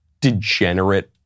degenerate